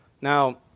Now